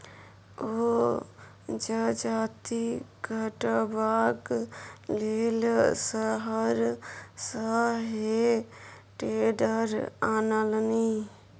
ओ जजाति कटबाक लेल शहर सँ हे टेडर आनलनि